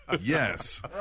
Yes